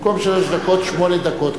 במקום שלוש דקות, שמונה דקות.